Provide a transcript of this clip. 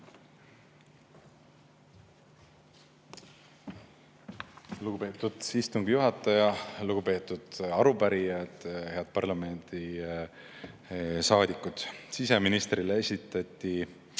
Lugupeetud istungi juhataja! Lugupeetud arupärijad! Head parlamendisaadikud! Siseministrile edastati